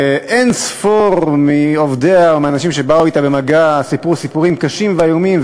ואין-ספור מעובדיה ומהאנשים שבאו אתה במגע סיפרו סיפורים קשים ואיומים,